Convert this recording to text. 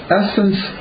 essence